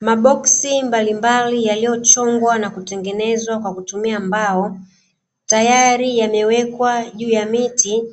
Maboksi mbalimbali yaliyochongwa na kutengenezwa kwa kutumia mbao, tayari yamewekwa juu ya miti